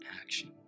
action